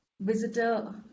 visitor